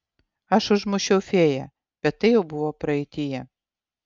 aš užmušiau fėją bet tai jau buvo praeityje